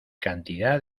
cantidad